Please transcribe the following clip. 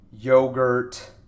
yogurt